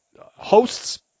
hosts